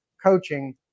coaching